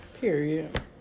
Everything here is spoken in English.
Period